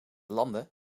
landen